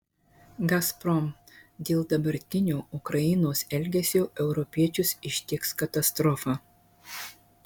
gazprom dėl dabartinio ukrainos elgesio europiečius ištiks katastrofa